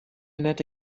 nette